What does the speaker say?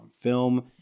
film